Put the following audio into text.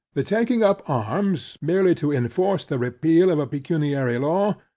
the taking up arms, merely to enforce the repeal of a pecuniary law,